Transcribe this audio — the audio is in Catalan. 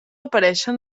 aparèixer